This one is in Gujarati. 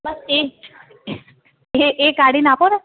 બસ એજ એ એ કાઢીને આપો ને